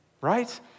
right